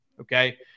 Okay